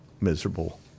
miserable